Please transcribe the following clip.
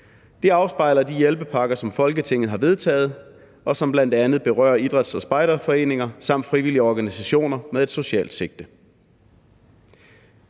Det afspejler de hjælpepakker, som Folketinget har vedtaget, og som bl.a. berører idræts- og spejderforeninger samt frivillige organisationer med et socialt sigte.